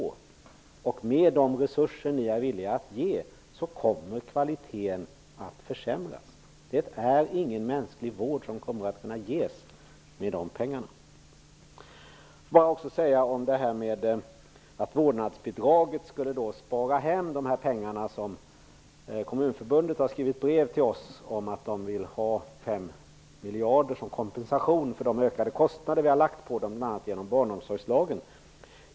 Med de resurser ni är villiga att anslå kommer kvaliteten att försämras; det är ingen mänsklig vård som kommer att kunna ges med de pengarna. Kommunförbundet har skrivit brev till oss om att man vill ha 5 miljarder som kompensation för de ökade kostnader som vi har lagt på kommunerna, bl.a. genom barnomsorgslagen. Vårdnadsbidraget skulle enligt Stefan Attefall spara in dessa pengar.